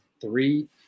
three